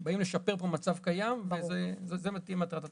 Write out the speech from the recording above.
באים לשפר פה מצב קיים, וזאת לדעתי מטרת התקנות.